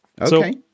Okay